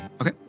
Okay